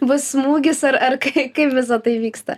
bus smūgis ar ar kai kaip visa tai vyksta